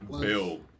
Bill